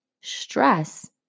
stress